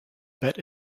bet